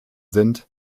sind